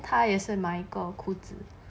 他也是买个裤子